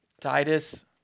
Titus